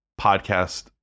podcast